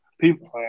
People